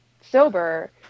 sober